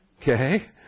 Okay